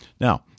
Now